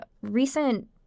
recent